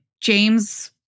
James